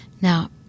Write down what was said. Now